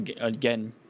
Again